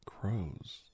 crows